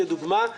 לדוגמה,